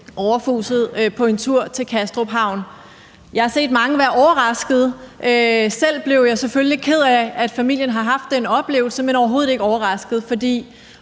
overfuset på en tur til Kastrup Havn. Jeg har set mange være overraskede. Selv blev jeg selvfølgelig ked af, at familien har haft den oplevelse, men overhovedet ikke overrasket, for